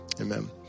amen